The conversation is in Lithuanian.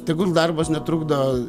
tegul darbas netrukdo